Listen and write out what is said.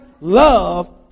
love